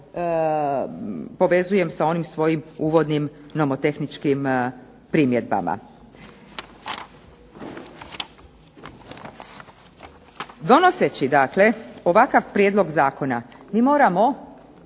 povezujem sa onim uvodnim nomotehničkim primjedbama. Donoseći dakle ovakav prijedlog zakona mi moramo,